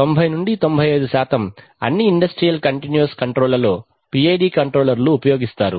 90 95 అన్నిఇండస్ట్రియల్ continuous control లలో PID కంట్రోలర్లు ఉపయోగిస్తారు